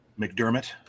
McDermott